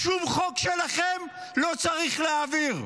שום חוק שלכם לא צריך להעביר,